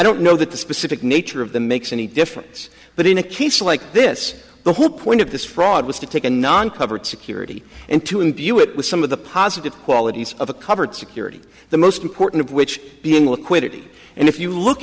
don't know that the specific nature of the makes any difference but in a case like this the whole point of this fraud was to take a non coverage security and to imbue it with some of the pie qualities of a covered security the most important of which being liquidity and if